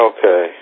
Okay